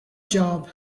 job